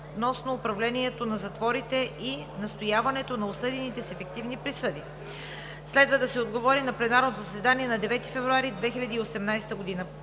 относно управлението на затворите и настаняването на осъдените с ефективни присъди. Следва да се отговори на пленарното заседание на 9 февруари 2018 г.